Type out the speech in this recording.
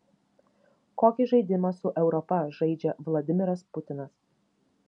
kokį žaidimą su europa žaidžia vladimiras putinas